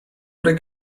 oder